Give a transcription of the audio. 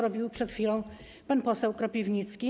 Robił to przed chwilą pan poseł Kropiwnicki.